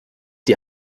die